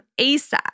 ASAP